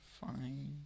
fine